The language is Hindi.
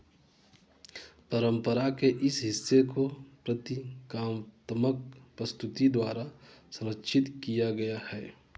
परम्परा के इस हिस्से को प्रतीकात्मक प्रस्तुति द्वारा संरक्षित किया गया है